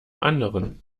anderen